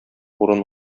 урын